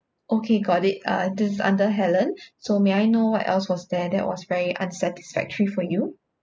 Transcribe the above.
okay got it uh this is under helen so may I know what else was there that was very unsatisfactory for you